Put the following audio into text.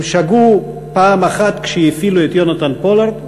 הם שגו פעם אחת כשהפעילו את יונתן פולארד,